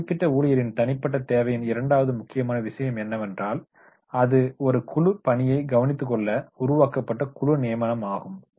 அந்த குறிப்பிட்ட ஊழியரின் தனிப்பட்ட தேவையின் இரண்டாவது முக்கியமான விஷயம் என்னவென்றால் அது ஒரு குழு பணியை கவனித்துக்கொள்ள உருவாக்கப்பட்ட குழு நியமனம் ஆகும்